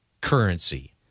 currency